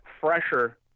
fresher